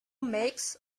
makes